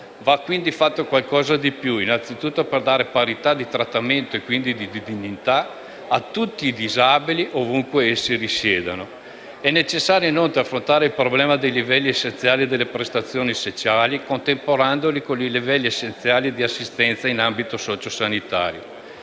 Va quindi fatto qualcosa di più, innanzitutto per dare parità di trattamento, e quindi di dignità, a tutti i disabili, ovunque essi risiedano. È necessario, inoltre, affrontare il problema dei livelli essenziali delle prestazioni sociali, contemperandoli con i livelli essenziali di assistenza in ambito socio-sanitario.